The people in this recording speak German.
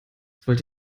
wollt